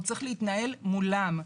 הוא צריך להתנהל מולם.